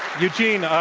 eugene, ah